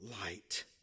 light